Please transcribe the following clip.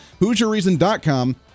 HoosierReason.com